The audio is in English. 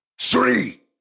three